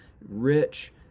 rich